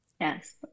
Yes